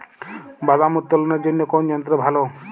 বাদাম উত্তোলনের জন্য কোন যন্ত্র ভালো?